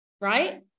right